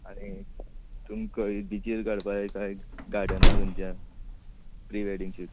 आनी तुमकां बिचीर काडपाक जाय काय गाडना खंयचा प्री वॅडींग शूट